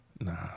nah